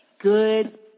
good